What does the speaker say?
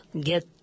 get